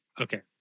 Okay